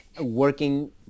working